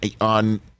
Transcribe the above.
on